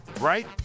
right